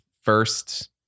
first